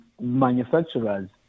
manufacturers